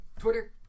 Twitter